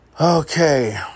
Okay